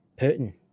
Putin